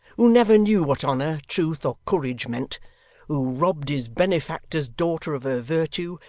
who never knew what honour, truth, or courage meant who robbed his benefactor's daughter of her virtue,